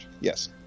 yes